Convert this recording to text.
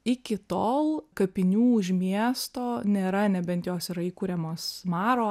iki tol kapinių už miesto nėra nebent jos yra įkuriamos maro